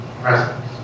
presence